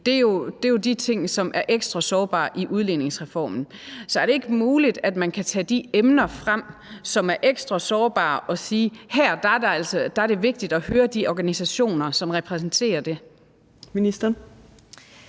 Det er jo de ting, som er ekstra sårbare i udligningsreformen. Så er det ikke muligt, at man kan tage de emner frem, som er ekstra sårbare, og sige: Her er det altså vigtigt at høre de organisationer, som repræsenterer det? Kl.